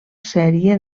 sèrie